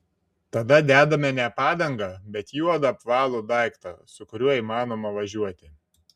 tada dedame ne padangą bet juodą apvalų daiktą su kuriuo įmanoma važiuoti